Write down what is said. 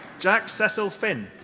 jack cecil finn.